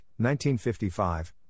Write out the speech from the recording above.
1955